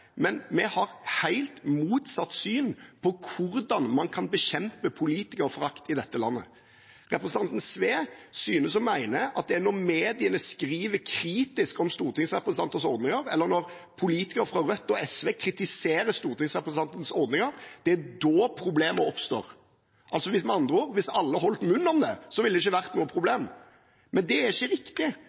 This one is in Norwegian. men vi har helt motsatt syn på hvordan man kan bekjempe politikerforakt i dette landet. Representanten Sve synes å mene at det er når mediene skriver kritisk om stortingsrepresentantenes ordninger, eller når politikere fra Rødt og SV kritiserer stortingsrepresentantenes ordninger, at problemet oppstår. Med andre ord: Hvis alle holdt munn om det, ville det ikke vært noe problem. Det er ikke riktig.